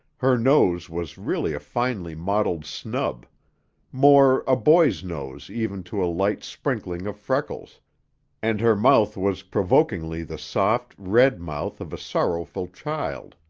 her nose was really a finely modeled snub more, a boy's nose even to a light sprinkling of freckles and her mouth was provokingly the soft, red mouth of a sorrowful child.